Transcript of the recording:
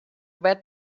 red